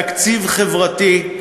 תקציב חברתי,